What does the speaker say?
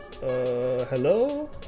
hello